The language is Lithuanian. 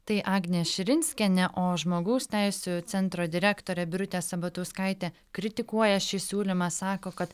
tai agnė širinskienė o žmogaus teisių centro direktorė birutė sabatauskaitė kritikuoja šį siūlymą sako kad